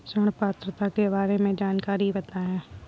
ऋण पात्रता के बारे में जानकारी बताएँ?